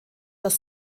das